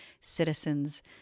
citizens